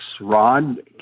Rod